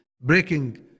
breaking